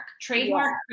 trademark